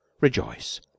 rejoice